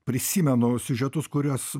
prisimenu siužetus kuriuos